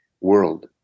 world